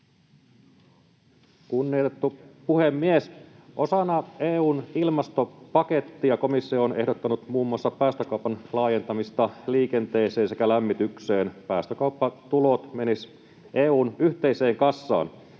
Kunnioitettu puhemies! Osana EU:n ilmastopakettia komissio on ehdottanut muun muassa päästökaupan laajentamista liikenteeseen sekä lämmitykseen — päästökauppatulot menisivät EU:n yhteiseen kassaan.